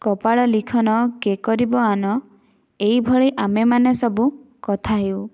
କପାଳ ଲିଖନ କେ କରିବ ଆନ ଏହିଭଳି ଆମେମାନେ ସବୁ କଥା ହେଉ